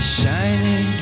shiny